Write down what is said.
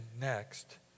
next